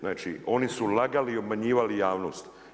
Znači, oni su lagali i obmanjivali javnost.